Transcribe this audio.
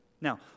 Now